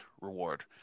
reward